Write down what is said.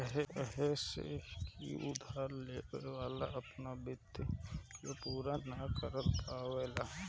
काहे से की उधार लेवे वाला अपना वित्तीय वाध्यता के पूरा ना कर पावेला